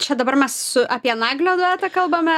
čia dabar mes apie naglio duetą kalbame